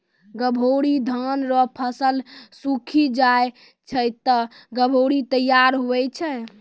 गभोरी धान रो फसल सुक्खी जाय छै ते गभोरी तैयार हुवै छै